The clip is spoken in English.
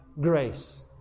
grace